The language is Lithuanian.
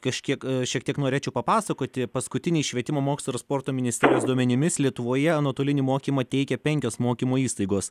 kažkiek šiek tiek norėčiau papasakoti paskutiniais švietimo mokslo ir sporto ministerijos duomenimis lietuvoje nuotolinį mokymą teikia penkios mokymo įstaigos